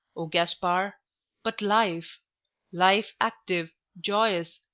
o gaspar but life life active, joyous,